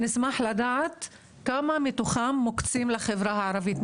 נשמח לדעת כמה מתוכם מוקצים לחברה הערבית,